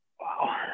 Wow